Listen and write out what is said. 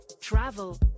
travel